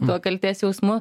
tuo kaltės jausmu